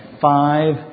five